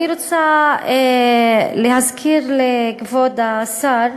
אני רוצה להזכיר לכבוד השר: